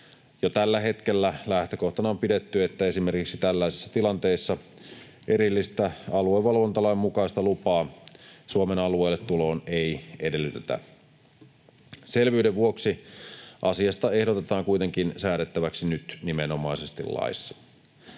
Jo tällä hetkellä lähtökohtana on pidetty, että esimerkiksi tällaisissa tilanteissa erillistä aluevalvontalain mukaista lupaa Suomen alueelle tuloon ei edellytetä. Selvyyden vuoksi asiasta ehdotetaan kuitenkin säädettäväksi nyt nimenomaisesti laissa.